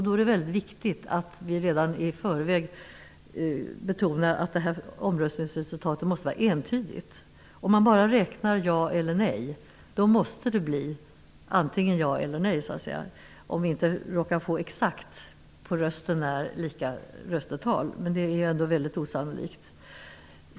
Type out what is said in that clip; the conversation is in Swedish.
Då är det viktigt att det är entydigt. Om man bara räknar ja och nej-sedlar, då blir utslaget entydigt ja eller nej, om vi nu inte skulle få exakt lika röstetal. Det sista är väldigt osannolikt.